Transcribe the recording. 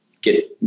get